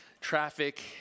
traffic